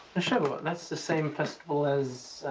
the shavuot, that's the same festival as?